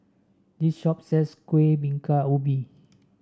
this shop sells Kueh Bingka Ubi